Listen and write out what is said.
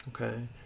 okay